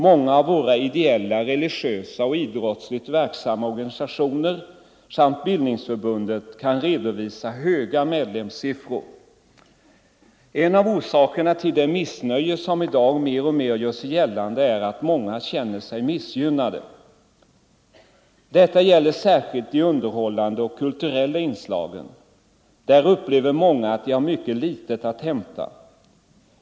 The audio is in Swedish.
Många av våra ideella, religiösa och idrottsligt verksamma organisationer samt bildningsförbunden kan redovisa höga medlemssiffror. En av orsakerna till det missnöje som i dag mer eller mindre gör sig gällande är att många känner sig missgynnade. Detta gäller särskilt de underhållande och kulturella inslagen. Där upplever många att de Nr 125 har föga att hämta.